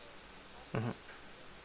mmhmm